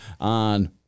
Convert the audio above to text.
on